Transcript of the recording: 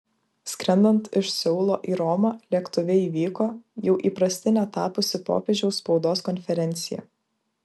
skrendant iš seulo į romą lėktuve įvyko jau įprastine tapusi popiežiaus spaudos konferencija